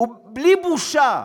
בלי בושה,